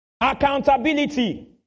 Accountability